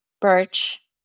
Birch